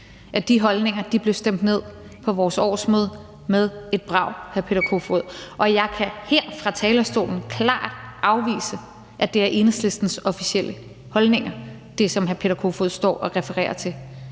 at de holdninger blev stemt ned på vores årsmøde med et brag, hr. Peter Kofod. Og jeg kan her fra talerstolen klart afvise, at det er Enhedslistens officielle holdninger, altså det, som hr. Peter Kofod står og refererer til.